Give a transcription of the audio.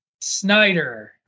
Snyder